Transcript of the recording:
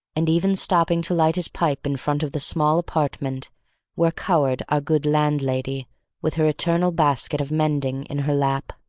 and even stopping to light his pipe in front of the small apartment where cowered our good landlady with her eternal basket of mending in her lap.